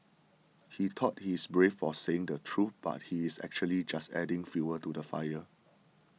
he thought he is brave for saying the truth but he is actually just adding fuel to the fire